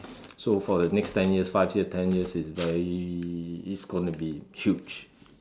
so for the next ten years five years ten years it's very it's going to be huge